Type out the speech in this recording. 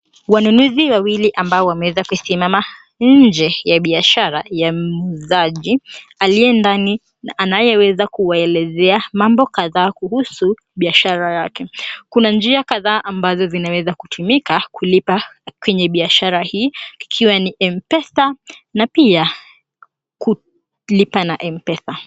Wanunuzi wawili ambao wameweza kusimama nje ya biashara ya muuzaji aliyendani anayeweza kuelezea mambo kadhaa kuhusu biashara yake. Kuna njia kadhaa ambazo zinaweza kutumika kulipa kwenye biashara hii ikiwa ni mpesa na pia kulipa na mpesa.